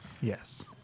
Yes